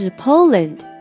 Poland